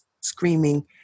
screaming